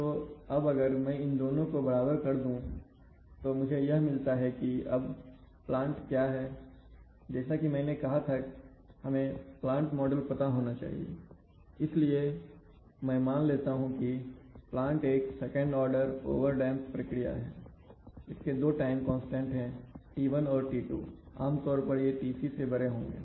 तो अब अगर मैं इन दोनों को बराबर कर दूँ तो मुझे यह मिलता है कि अब प्लांट क्या है जैसा कि मैंने कहा था हमें प्लांट मॉडल पता होना चाहिए इसलिए मैं मान लेता हूं कि प्लांट एक सेकंड ऑर्डर ओवरडैंप्ड प्रक्रिया है इसके दो टाइम कांस्टेंट है t1 और t2 आमतौर पर ये Tc से बड़े होंगे